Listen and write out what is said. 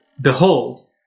Behold